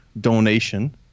donation